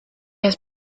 has